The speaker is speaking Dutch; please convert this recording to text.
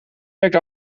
werkt